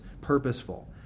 purposeful